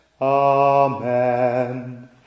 Amen